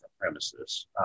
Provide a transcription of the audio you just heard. premises